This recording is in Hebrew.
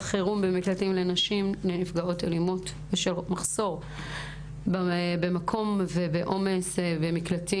חירום במקלטים לנשים לנפגעות אלימות בשל מחסור במקום ועומס הפניות.